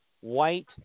white